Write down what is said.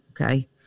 okay